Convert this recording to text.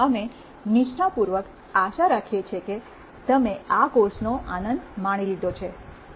અમે નિષ્ઠાપૂર્વક આશા રાખીએ કે તમે આ કોર્સનો આનંદ માણી લીધો છે